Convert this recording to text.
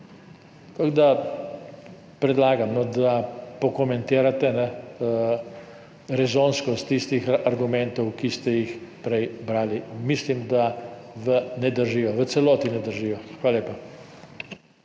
Tako da predlagam, da pokomentirate razumskost tistih argumentov, ki ste jih prej brali. Mislim, da ne držijo, v celoti ne držijo. Hvala lepa.